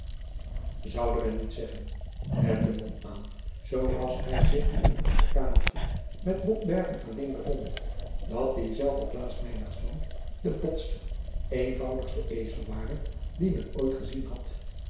zoude men niet zeggen merkte mom aan zooras hij zich in het achterkamertje met botbergen alleen bevond dat diezelfde klaas meinertz de botste eenvoudigste ezel ware dien men ooit gezien had